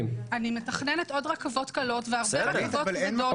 אני מתכננת עוד רכבות קלות והרבה רכבות כבדות,